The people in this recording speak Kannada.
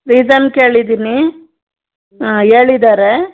ರೀಸನ್ ಕೇಳಿದ್ದೀನಿ ಹಾಂ ಹೇಳಿದಾರೆ